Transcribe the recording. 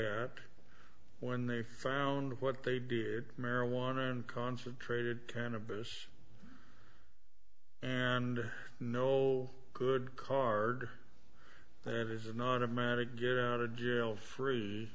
at when they found what they did marijuana and concentrated cannabis and no good card and is an automatic get out of jail free